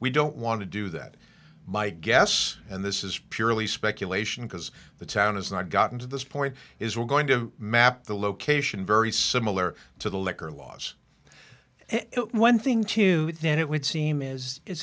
we don't want to do that my guess and this is purely speculation because the town has not gotten to this point is we're going to map the location very similar to the liquor laws it one thing to and it would seem is it